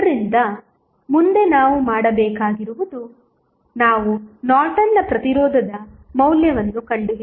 ಆದ್ದರಿಂದ ಮುಂದೆ ನಾವು ಮಾಡಬೇಕಾಗಿರುವುದು ನಾವು ನಾರ್ಟನ್ನ ಪ್ರತಿರೋಧದ ಮೌಲ್ಯವನ್ನು ಕಂಡುಹಿಡಿಯಬೇಕು